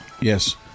Yes